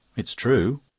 it's true.